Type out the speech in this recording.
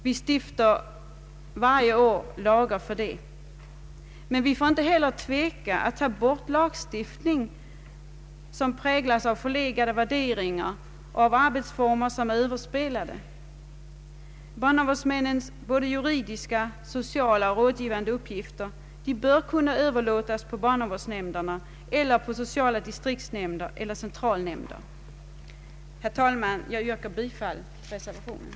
Vi stiftar varje år lagar för att nå det syftet, men vi får inte heller tveka att ta bort lagstiftning som präglas av förlegade värderingar och av arbetsformer som är överspelade. Barnavårdsmännens juridiska, sociala och rådgivande uppgifter bör kunna överlåtas på barnavårdsnämnderna och sociala distriktsnämnder eller centralnämnder. Herr talman! Jag yrkar bifall till reservationen.